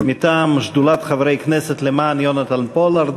מטעם שדולת חברי הכנסת למען יונתן פולארד,